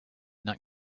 not